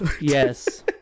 Yes